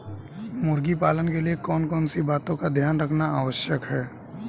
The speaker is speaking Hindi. मुर्गी पालन के लिए कौन कौन सी बातों का ध्यान रखना आवश्यक है?